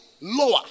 lower